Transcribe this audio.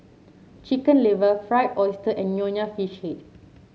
Chicken Liver Fried Oyster and Nonya Fish Head